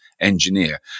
engineer